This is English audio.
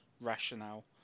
rationale